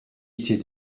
était